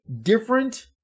different